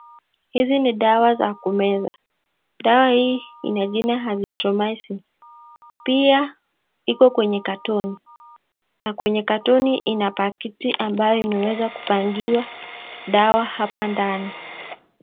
Hizi ni dawa za kumeza. Dawa hii ina jina Azithromycin . Pia iko kwenye katoni na kwenye katoni ina pakiti ambayo imeweza kupangiwa dawa hapa ndani.